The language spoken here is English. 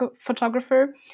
photographer